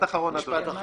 משפט אחרון, אדוני.